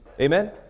Amen